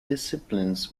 disciples